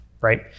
right